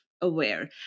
aware